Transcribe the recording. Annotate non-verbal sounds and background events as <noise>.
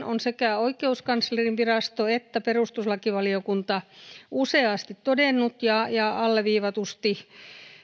<unintelligible> on sekä oikeuskanslerinvirasto että perustuslakivaliokunta useasti todennut ja ja alleviivatusti